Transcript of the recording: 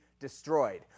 destroyed